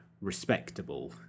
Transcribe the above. respectable